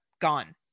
gone